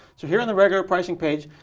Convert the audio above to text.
so here in the regular pricing page,